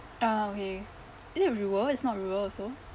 ah okay is it a river it's not a river also